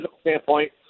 standpoint